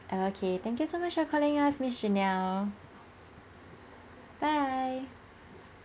okay thank you so much for calling us miss janelle bye